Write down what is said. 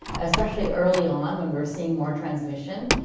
especially early on when we're seeing more transmission.